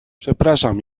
przepraszam